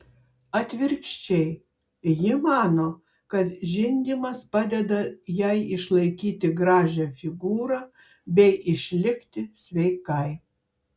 atvirkščiai ji mano kad žindymas padeda jai išlaikyti gražią figūrą bei išlikti sveikai